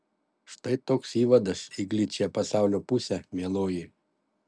štai toks įvadas į gličiąją pasaulio pusę mieloji